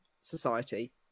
society